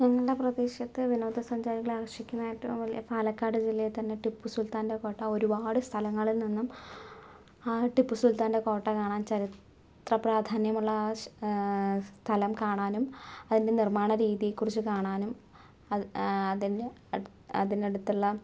ഞങ്ങളുടെ പ്രദേശത്ത് വിനോദ സഞ്ചാരികളെ ആകർഷിക്കുന്ന ഏറ്റവും വലിയ പാലക്കാട് ജില്ലയിൽ തന്നെ ടിപ്പു സുൽത്താൻ്റെ കോട്ട ഒരുപാട് സ്ഥലങ്ങളിൽ നിന്നും ആ ടിപ്പു സുൽത്താൻ്റെ കോട്ട കാണാൻ ചരിത്ര പ്രാധാന്യമുള്ള ആ സ്ഥലം കാണാനും അതിൻ്റെ നിർമാണ രീതിയെക്കുറിച്ച് കാണാനും അ അത് അതിന് അതിനടുത്തുള്ള